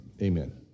Amen